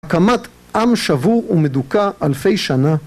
קמת עם שבור ומדוכא אלפי שנה